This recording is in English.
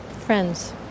friends